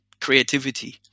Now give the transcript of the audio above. creativity